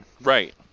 Right